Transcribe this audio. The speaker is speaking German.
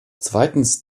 zweitens